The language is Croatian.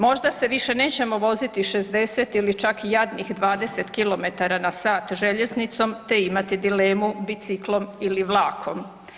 Možda se više nećemo voziti 60 ili čak i jadnih 20 km na sat željeznicom te imati dilemu biciklom ili vlakom.